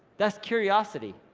that's curiosity.